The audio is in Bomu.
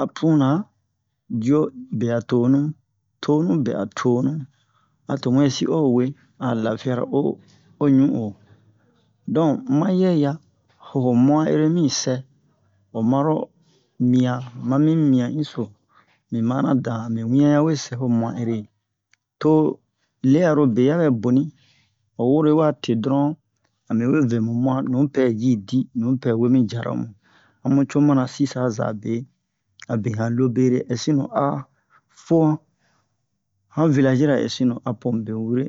a punnu diyo be a tonu tonu be a tonu a to muyɛsi o we wee a lafiyara o ɲun'o donk mayɛ ya ho ho mu'an ere mi sɛ o maro mian mami mian inso mi manna dan mi wiɲan ya we sɛ ho mu'an ere to le'arobe ya ɓɛ boni ho woro yi wa te dɔron ami we vɛ mi mu'an nupɛ ji di nupɛ we mi jaromu amu co mana sisa za be abe han lobere ɛsinu a fo han vilazi-ra ɛsinu apo mu be wure